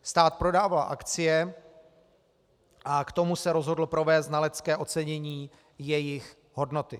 Stát prodával akcie a k tomu se rozhodl provést znalecké ocenění jejich hodnoty.